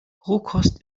rohkost